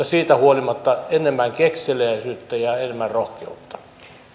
siitä huolimatta enemmän kekseliäisyyttä ja enemmän rohkeutta